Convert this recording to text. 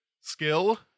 skill